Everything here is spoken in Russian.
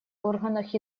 органах